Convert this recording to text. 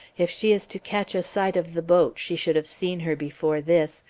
if she is to catch a sight of the boat she should have seen her before this,